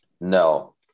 No